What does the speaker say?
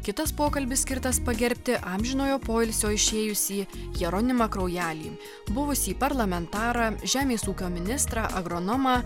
kitas pokalbis skirtas pagerbti amžinojo poilsio išėjusį jeronimą kraujelį buvusį parlamentarą žemės ūkio ministrą agronomą